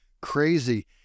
crazy